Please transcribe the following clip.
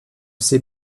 ses